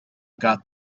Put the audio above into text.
got